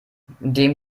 dem